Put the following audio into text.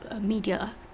media